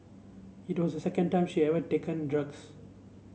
it was the second time she ever taken drugs